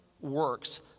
works